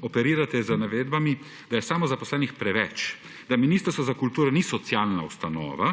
operirate z navedbami, da je samozaposlenih preveč, da Ministrstvo za kulturo ni socialna ustanova,